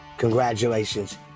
Congratulations